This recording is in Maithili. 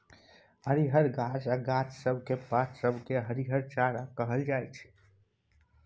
हरियर घास आ गाछ सब केर पात सब केँ हरिहर चारा कहल जाइ छै